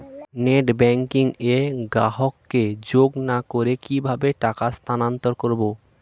Net banking এ গ্রাহককে যোগ না করে কিভাবে টাকা স্থানান্তর করব?